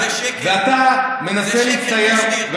אתה מנסה להצטייר, זה שקר.